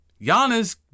Giannis